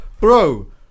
bro